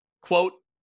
Quote